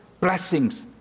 blessings